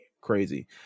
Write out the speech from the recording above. crazy